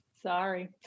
Sorry